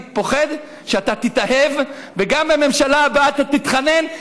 אני פוחד שאתה תתאהב, וגם בממשלה הבאה אתה תתחנן.